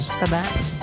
Bye-bye